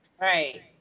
Right